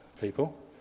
people